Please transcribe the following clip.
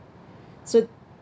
so